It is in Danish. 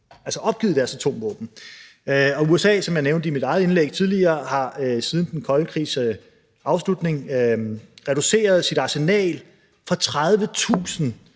opgivet deres atomvåben. Og USA har, som jeg nævnte i mit indlæg tidligere, siden den kolde krigs afslutning reduceret sit arsenal fra 30.000